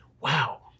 Wow